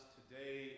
today